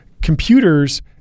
computers